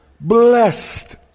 blessed